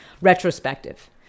retrospective